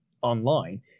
online